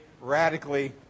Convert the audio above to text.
radically